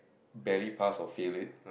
barely pass or fail it